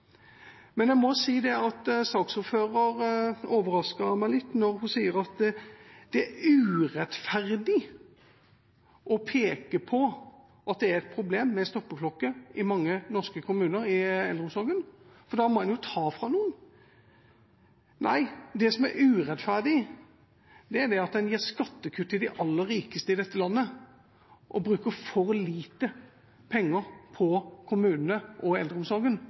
Men jeg må si at saksordføreren overrasket meg litt da hun sa at det er urettferdig å peke på at det er et problem med stoppeklokke i mange norske kommuner i eldreomsorgen, for da må man jo ta fra noen. Nei, det som er urettferdig, er at en gir skattekutt til de aller rikeste i dette landet og bruker for lite penger på kommunene og eldreomsorgen.